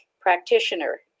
practitioner